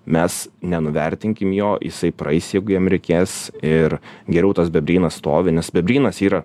mes nenuvertinkim jo jisai praeis jeigu jam reikės ir geriau tas bebrynas stovi nes bebrynas yra